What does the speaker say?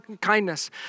kindness